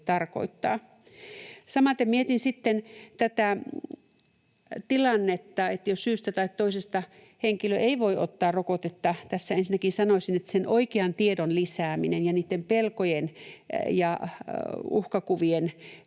Samaten mietin sitten tätä tilannetta, että syystä tai toisesta henkilö ei voi ottaa rokotetta: Tässä ensinnäkin sanoisin, että näkisin, että oikean tiedon lisääminen ja pelkojen ja uhkakuvien